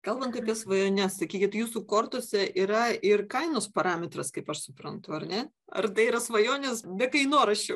kalbant apie svajones sakykit jūsų kortose yra ir kainos parametras kaip aš suprantu ar ne ar tai yra svajonės be kainoraščio